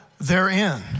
therein